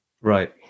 right